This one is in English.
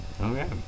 Okay